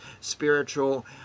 spiritual